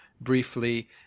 briefly